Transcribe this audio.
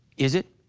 is it?